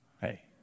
Hey